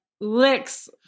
licks